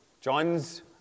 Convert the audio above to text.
John's